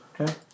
okay